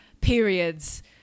periods